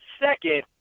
Second